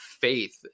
faith